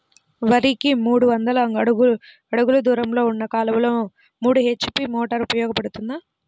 వరికి మూడు వందల అడుగులు దూరంలో ఉన్న కాలువలో మూడు హెచ్.పీ మోటార్ ఉపయోగపడుతుందా?